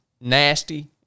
nasty